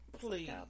Please